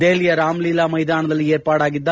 ದೆಹಲಿಯ ರಾಮಲೀಲಾ ಮೈದಾನದಲ್ಲಿ ಏರ್ಪಾಡಾಗಿದ್ದ